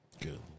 Good